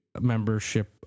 membership